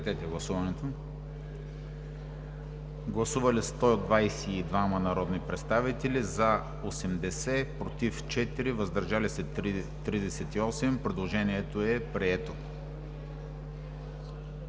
Предложението е прието.